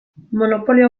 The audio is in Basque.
monopolio